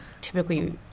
typically